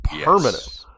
permanent